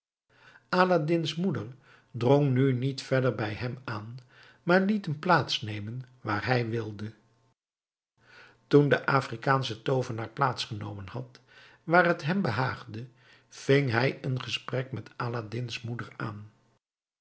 aladdin's moeder drong nu niet verder bij hem aan maar liet hem plaats nemen waar hij wilde toen de afrikaansche toovenaar plaats genomen had waar t hem behaagde ving hij een gesprek met aladdin's moeder aan